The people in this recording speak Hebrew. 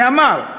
שאמר,